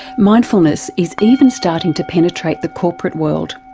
mindfulness is even starting to penetrate the corporate world.